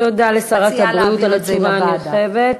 תודה לשרת הבריאות על התשובה הנרחבת.